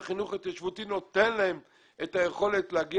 החינוך ההתיישבותי נותן להן את היכולת להגיע